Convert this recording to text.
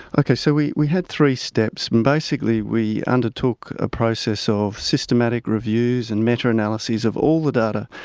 okay, so we we had three steps and basically we undertook a process of systematic reviews and meta-analyses of all the data,